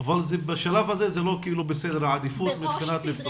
אבל בשלב הזה זה לא בסדר העדיפות מבחינת לפתוח.